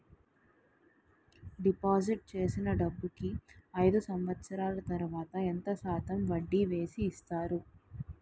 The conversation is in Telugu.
డిపాజిట్ చేసిన డబ్బుకి అయిదు సంవత్సరాల తర్వాత ఎంత శాతం వడ్డీ వేసి ఇస్తారు?